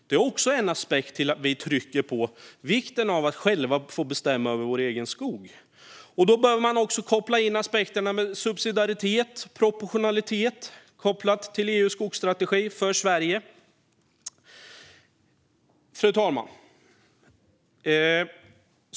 Det är också en anledning till att vi trycker på vikten av att själva få bestämma över vår egen skog. Då behöver man också koppla in aspekterna med subsidiaritet och proportionalitet kopplat till EU:s skogsstrategi för Sverige. Fru talman!